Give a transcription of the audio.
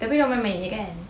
tapi diorang main-main jer kan